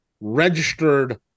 registered